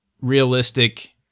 realistic